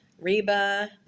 Reba